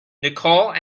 nicole